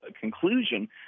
conclusion